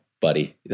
buddy